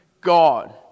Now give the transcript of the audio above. God